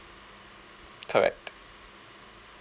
correct